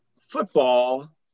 football